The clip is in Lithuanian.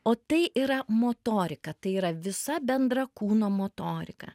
o tai yra motorika tai yra visa bendra kūno motorika